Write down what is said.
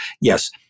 yes